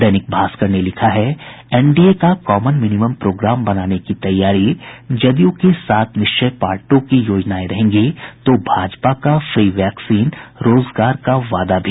दैनिक भास्कर ने लिखा है एनडीए का कॉमन मिनिमम प्रोग्राम बनाने की तैयारी जदयू के सात निश्चय पार्ट टू की योजनाए रहेंगी तो भाजपा का फ्री वैक्सीन रोजगार का वादा भी